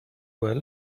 well